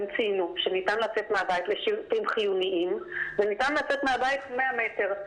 הם ציינו שניתן לצאת מהבית לשירותים חיוניים וניתן לצאת מהבית 100 מטר.